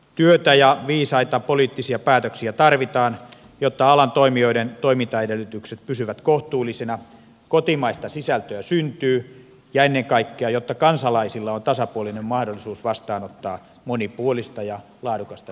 työtä ja viisaita poliittisia päätöksiä tarvitaan jotta alan toimijoiden toimintaedellytykset pysyvät kohtuullisina kotimaista sisältöä syntyy ja ennen kaikkea jotta kansalaisilla on tasapuolinen mahdollisuus vastaanottaa monipuolista ja laadukasta sisältöä